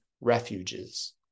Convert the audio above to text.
refuges